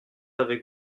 avec